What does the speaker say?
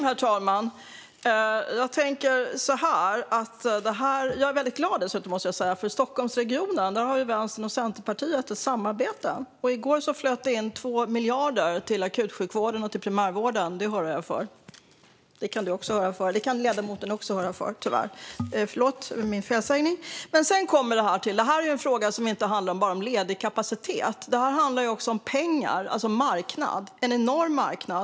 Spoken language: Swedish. Herr talman! Jag är glad för att Vänstern och Centerpartiet i Stockholmsregionen har ett samarbete. I går flöt det in 2 miljarder till akutsjukvården och primärvården. Det hurrar jag för, och det kan ledamoten också hurra för. Det här är en fråga som inte bara handlar om ledig kapacitet, utan det här handlar om pengar - en enorm marknad.